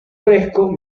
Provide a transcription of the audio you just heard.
fresco